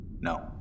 No